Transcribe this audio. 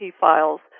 files